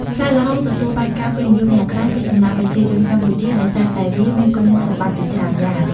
ផ្លែល្ហុងទទួលបានការពេញនិយមយ៉ាងខ្លាំងពីសំណាក់ប្រជាជនកម្ពុជាដោយសារតែវាមានគុណសម្បត្តិជាច្រើនយ៉ាង។